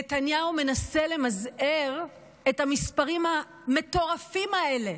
נתניהו מנסה למזער את המספרים המטורפים האלה